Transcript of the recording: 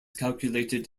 calculated